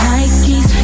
Nikes